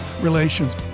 relations